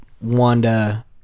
Wanda